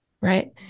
right